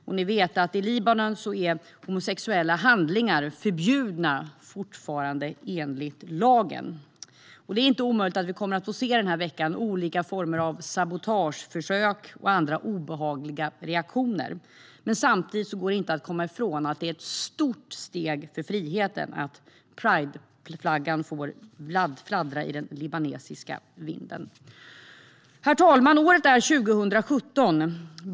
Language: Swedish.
Som ni vet är homosexuella handlingar fortfarande förbjudna i Libanon enligt lagen. Det är inte omöjligt att vi denna vecka kommer att få se olika former av sabotageförsök och andra obehagliga reaktioner. Samtidigt går det inte att komma ifrån att det är ett stort steg för friheten att prideflaggan får fladdra i den libanesiska vinden. Herr talman! Året är 2017.